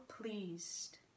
pleased